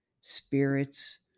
spirits